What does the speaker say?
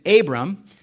Abram